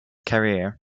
career